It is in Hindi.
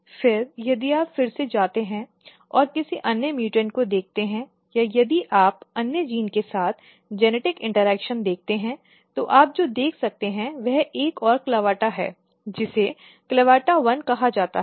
स्लाइड समय देखें 3115 फिर यदि आप फिर से जाते हैं और किसी अन्य म्युटेंट को देखते हैं या यदि आप अन्य जीन के साथ जेनेटिक इंटरेक्शन देखते हैं तो आप जो देख सकते हैं वह एक और CLAVATA है जिसे CLAVATA1 कहा जाता है